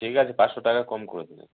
ঠিক আছে পাঁচশো টাকা কম করে দেবে